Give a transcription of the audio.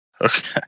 Okay